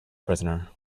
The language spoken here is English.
prisoner